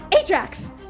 Ajax